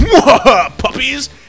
Puppies